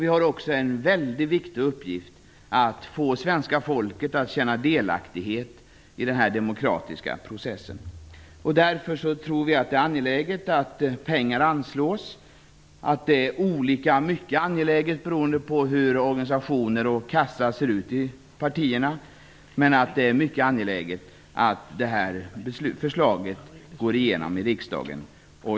Vi har en viktig uppgift i att få svenska folket att känna delaktighet i denna demokratiska process. Därför tror vi att det är angeläget att pengar anslås. Det är olika mycket angeläget beroende på organisation och kassa i partierna, men det är mycket angeläget att detta förslag går igenom i riksdagen.